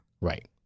Right